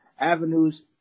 avenues